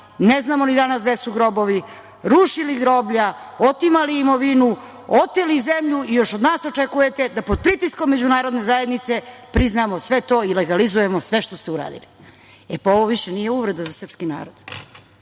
ne znamo li danas gde su grobovi, rušili groblja, otimali imovinu, oteli zemlju i još od nas očekujete da pod pritiskom međunarodne zajednice priznamo sve to i legalizujemo sve što ste uradili. Pa ovo više nije uvreda za srpski narod.